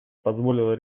позволило